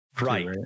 right